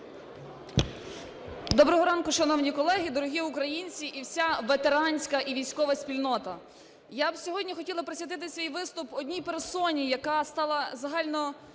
Доброго ранку, шановні колеги, дорогі українці і вся ветеранська і військова спільнота! Я б сьогодні хотіла присвятити свій виступ одній персоні, яка стала загальновідомою